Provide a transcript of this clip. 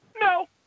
no